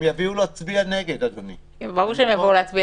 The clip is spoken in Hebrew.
הם יביאו אנשים להצביע